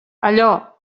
allò